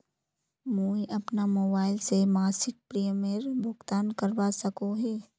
मुई अपना मोबाईल से मासिक प्रीमियमेर भुगतान करवा सकोहो ही?